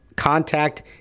contact